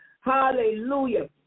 Hallelujah